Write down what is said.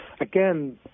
again